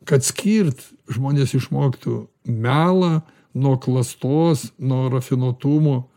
kad skirt žmonės išmoktų melą nuo klastos nuo rafinuotumo